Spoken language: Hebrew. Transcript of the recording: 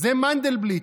זה מנדלבליט,